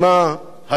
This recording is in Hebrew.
הצמיחה,